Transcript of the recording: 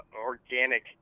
organic